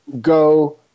go